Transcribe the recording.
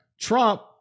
Trump